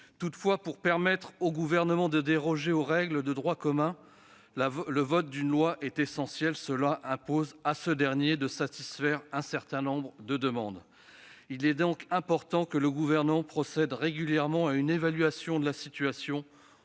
Parlement. Pour permettre au Gouvernement de déroger aux règles de droit commun, le vote d'une loi est essentiel. À cet égard, l'exécutif doit satisfaire un certain nombre de demandes : il importe que le Gouvernement procède régulièrement à une évaluation de la situation,